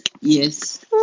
Yes